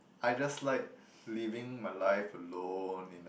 I just like living my life alone in a